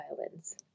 violins